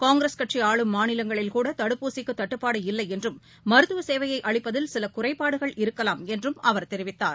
காங்கிரஸ் கட்சிஆளும் மாநிலங்களில் கூடதடுப்பூசிக்குதட்டுப்பாடு இல்லைன்றம் மருத்துவசேவையைஅளிப்பதில் சிலகுறைபாடுகள் இருக்கலாம் என்றும் அவர் தெரிவித்தார்